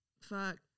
Fuck